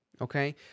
okay